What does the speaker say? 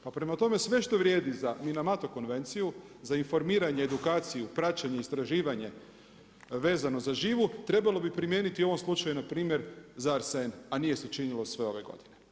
Pa prema tome, sve što vrijedi za Minamato konvenciju za informiranje, edukaciju, praćenje, istraživanje vezano za živu trebalo bi primijeniti u ovom slučaju na primjer za arsen, a nije se činilo sve ove godine.